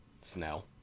Snell